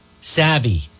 savvy